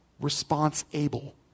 response-able